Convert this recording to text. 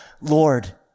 Lord